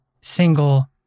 single